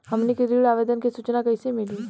हमनी के ऋण आवेदन के सूचना कैसे मिली?